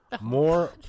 More